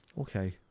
okay